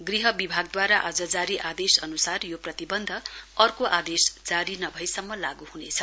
गृह विभागद्वारा आज जारी आदेश अनुसार यो प्रतिबन्ध अर्को आदेश जारी नभएसम्म लागू ह्नेछ